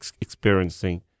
experiencing